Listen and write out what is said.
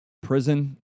prison